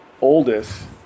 oldest